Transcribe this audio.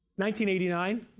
1989